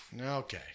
Okay